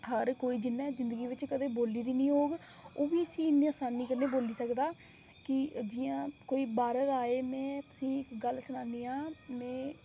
खबरै जिन्ने जिंदगी च बोली दी निं होग ओह्बी इस्सी इन्नी आसानी कन्नै बोली सकदा कि जि'यां कोई बाह्रै दा आए में तुसेंगी गल्ल सनान्नी आं में